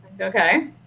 Okay